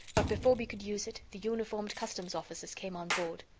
but, before we could use it, the uniformed customs officers came on board.